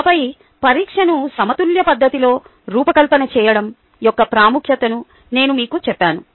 ఆపై పరీక్షను సమతుల్య పద్ధతిలో రూపకల్పన చేయడం యొక్క ప్రాముఖ్యతను నేను మీకు చెప్పాను